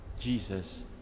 Jesus